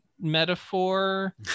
metaphor